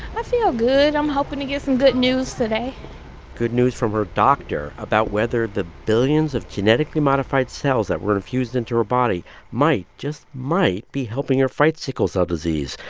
i feel good. i'm hoping to get some good news today good news from her doctor about whether the billions of genetically modified cells that were infused into her body might just might be helping her fight sickle cell disease,